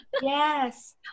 Yes